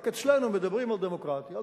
רק אצלנו מדברים על דמוקרטיה,